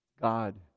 God